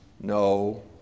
No